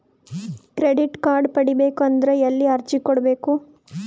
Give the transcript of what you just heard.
Credit card ಪಡಿಬೇಕು ಅಂದ್ರ ಎಲ್ಲಿ ಅರ್ಜಿ ಕೊಡಬೇಕು?